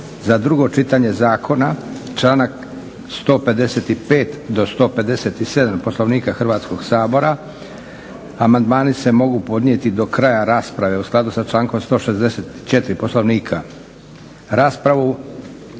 za drugo čitanje zakona, članak 155. do 157. Poslovnika Hrvatskog sabora. Amandmani se mogu podnijeti do kraja rasprave u skladu sa člankom 164. Poslovnika.